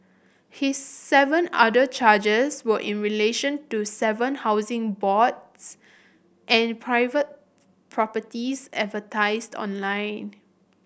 his seven other charges were in relation to seven Housing Boards and private properties advertised online